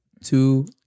two